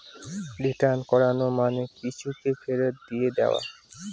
return করানো মানে কিছুকে ফেরত দিয়ে দেওয়া